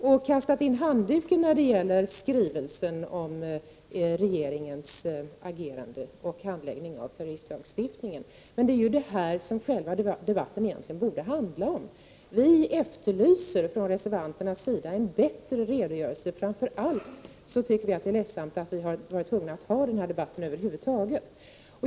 Man har kastat in handduken när det-gäller skrivelsen om regeringens agerande och dess handläggning av terroristlagstiftningen. Men det är ju detta som själva debatten borde handla om. Vi reservanter efterlyser en bättre redogörelse. Framför allt tycker vi att det är ledsamt att vi över huvud taget har behövt ha denna debatt.